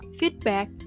feedback